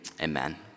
amen